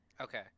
okay